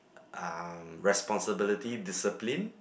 um responsibility discipline